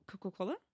Coca-Cola